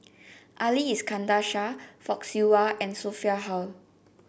Ali Iskandar Shah Fock Siew Wah and Sophia Hull